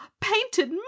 painted